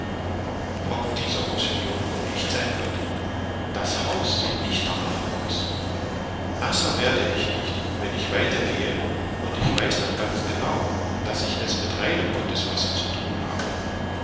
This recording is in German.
ob dieser roussillon wohl ächt sein wird das haus sieht nicht darnach aus nasser werde ich nicht wenn ich weiter gehe und ich weiß dann ganz genau daß ich es mit reinem gotteswasser zu thun habe